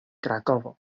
krakovo